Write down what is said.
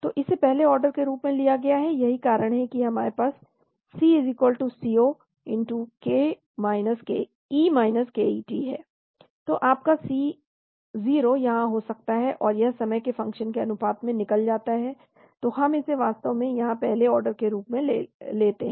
तो इसे पहले ऑर्डर के रूप में लिया गया है यही कारण है कि हमारे पास C C0 e ket है तो आपका C0 यहां हो सकता है और यह समय के फंक्शन के अनुपात में निकल जाता है तो हम इसे वास्तव में यहां पहले ऑर्डर के रूप में लेते हैं